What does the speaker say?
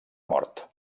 mort